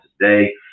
today